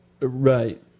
Right